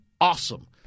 awesome